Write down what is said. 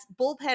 bullpen